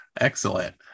Excellent